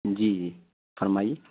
جی جی فرمائیے